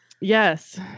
Yes